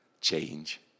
change